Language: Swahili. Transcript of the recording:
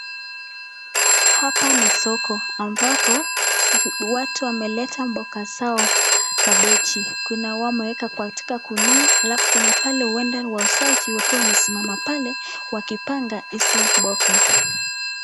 Hapa ni soko ambapo watu wameleta mboga zao kabeji. Kuna hao wameweka katika gunia, alafu kuna pale huenda ni wauzaji wakiwa wamesimama pale wakipanga hizo mboga.